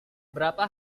berapa